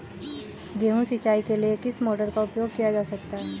गेहूँ सिंचाई के लिए किस मोटर का उपयोग किया जा सकता है?